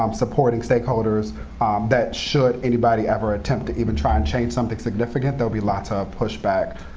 um supporting stakeholders that, should anybody ever attempt to even try and change something significant, there'll be lots ah of pushback,